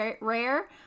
rare